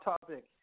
topic